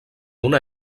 una